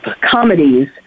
comedies